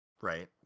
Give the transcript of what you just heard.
right